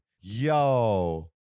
Yo